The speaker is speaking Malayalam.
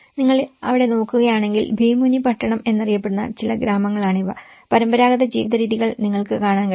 നിങ്ങൾ അവിടെ നോക്കുകയാണെങ്കിൽ ഭീമുനിപട്ടണം എന്നറിയപ്പെടുന്ന ചില ഗ്രാമങ്ങളാണിവ പരമ്പരാഗത ജീവിതരീതികൾ നിങ്ങൾക്ക് കാണാൻ കഴിയും